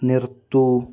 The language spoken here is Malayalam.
നിർത്തുക